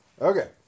Okay